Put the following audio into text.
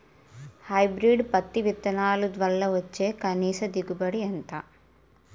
Hybrid పత్తి విత్తనాలు వల్ల వచ్చే కనీస దిగుబడి ఎంత?